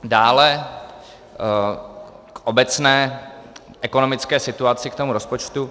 Dále k obecné ekonomické situaci, k tomu rozpočtu.